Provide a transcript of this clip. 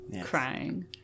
crying